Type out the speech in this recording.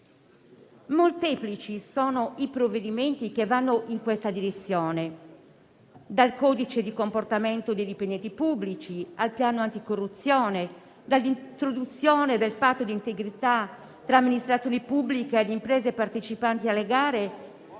Molteplici sono i provvedimenti che vanno in questa direzione: dal codice di comportamento dei dipendenti pubblici al piano anticorruzione, dall'introduzione del patto di integrità tra ministrazioni pubbliche ed imprese partecipanti alle gare